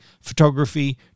photography